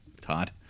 Todd